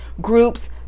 groups